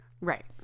Right